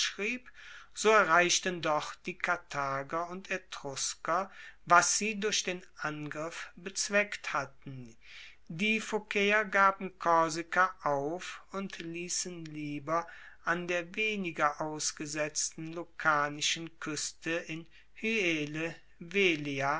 so erreichten doch die karthager und etrusker was sie durch den angriff bezweckt hatten die phokaeer gaben korsika auf und liessen lieber an der weniger ausgesetzten lukanischen kueste in hyele